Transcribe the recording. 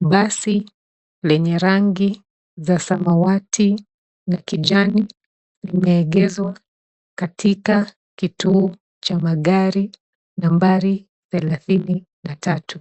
Basi lenye rangi za samawati na kijani limeegezwa katika kituo cha magari nambari thelathini na tatu.